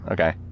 Okay